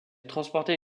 transporter